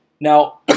Now